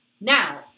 now